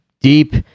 deep